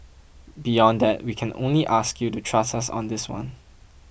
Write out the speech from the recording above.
beyond that we can only ask you to trust us on this one